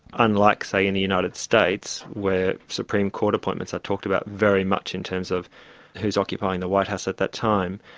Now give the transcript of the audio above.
unlike say in the united states, where supreme court appointments are talked about very much in terms of who's occupying the white house at that time,